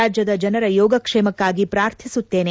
ರಾಜ್ಯದ ಜನರ ಯೋಗಕ್ಷೇಮಕ್ನಾಗಿ ಪ್ರಾರ್ಥಿಸುತ್ತೇನೆ